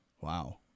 Wow